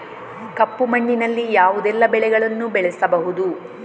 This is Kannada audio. ಕಪ್ಪು ಮಣ್ಣಿನಲ್ಲಿ ಯಾವುದೆಲ್ಲ ಬೆಳೆಗಳನ್ನು ಬೆಳೆಸಬಹುದು?